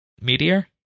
Meteor